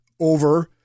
over